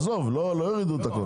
עזוב, לא יורידו את הכול.